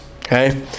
okay